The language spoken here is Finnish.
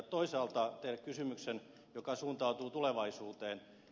toisaalta teen kysymyksen joka suuntautuu tulevaisuuteen